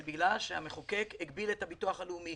זה בגלל שהמחוקק הגביל את הביטוח הלאומי.